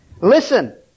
Listen